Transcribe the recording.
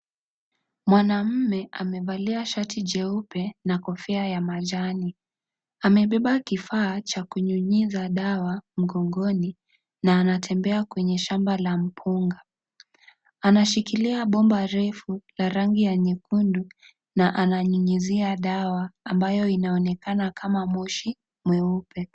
Mwanamme amevalia shati jeupe na kofia ya majani. Amebeba kifaa cha kunyunyiza dawa mgongoni na anatembea kwenye shamba la mpunga. Anashikilia bomba refu la rangi ya nyekundu na ananyunyizia dawa ambayo inaonekana kama mosi mweupe.